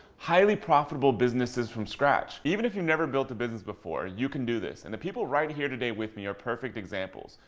highly profitable businesses from scratch. even if you've never built a business before, you can do this, and the people right in here today with me are perfect examples.